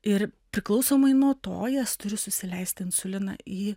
ir priklausomai nuo to jis turi susileisti insuliną į